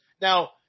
Now